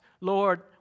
Lord